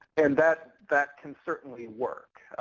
and that that can certainly work.